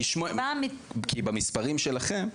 כי במספרים שלכם,